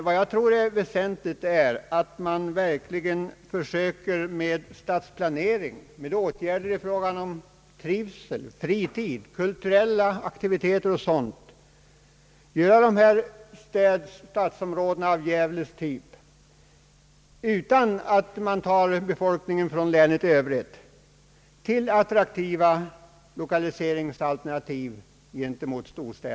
Vad som är väsentligt däremot är, att man verkligen försöker att genom åtgärder för stadsplanering, fritidsverksamhet, kulturella aktiviteter m.m. göra dessa stadsområden av Gävles typ till attraktiva alternativ för lokalisering gentemot storstäderna, utan att flytta befolkningen från länet i övrigt.